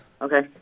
Okay